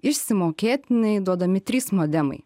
išsimokėtinai duodami trys modemai